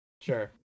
sure